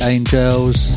Angels